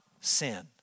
sin